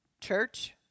Church